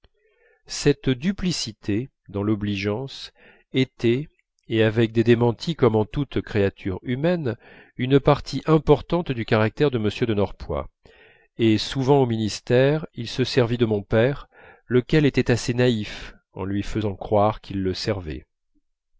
cette duplicité dans l'obligeance était et avec des démentis comme en toute créature humaine une partie importante du caractère de m de norpois et souvent au ministère il se servit de mon père lequel était assez naïf en lui faisant croire qu'il le servait